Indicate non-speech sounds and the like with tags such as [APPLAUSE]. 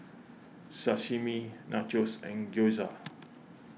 [NOISE] Sashimi Nachos and Gyoza